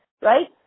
Right